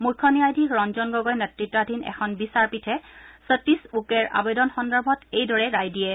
মুখ্য ন্যায়াধিশ ৰঞ্জন গগৈ নেতৃতাধীন এখন বিচাৰপীঠে সতীশ উকেৰ আবেদন সন্দৰ্ভত এইদৰে ৰায় দিয়ে